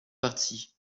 parties